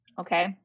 Okay